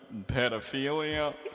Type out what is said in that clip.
pedophilia